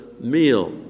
meal